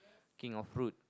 king of fruit